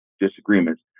disagreements